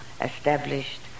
established